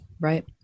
Right